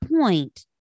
point